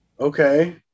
Okay